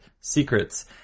secrets